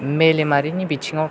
मेलेमारिनि बिथिङाव